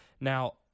Now